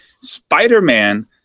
Spider-Man